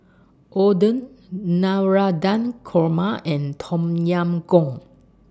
Oden Navratan Korma and Tom Yam Goong